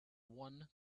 one